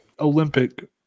olympic